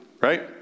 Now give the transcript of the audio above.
right